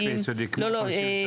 לקרוא?